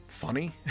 funny